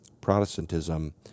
Protestantism